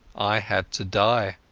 i had to die.